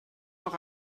noch